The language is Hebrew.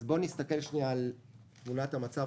נסתכל על תמונת המצב